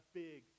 big